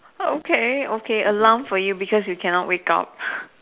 okay okay alarm for you because you cannot wake up